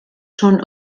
schon